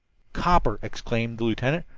copper! exclaimed the lieutenant.